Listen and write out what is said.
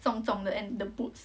重重的 and the boots